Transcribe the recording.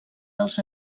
dels